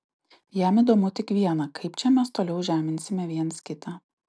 jam įdomu tik viena kaip čia mes toliau žeminsime viens kitą